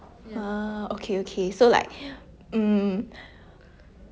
ah okay okay so like um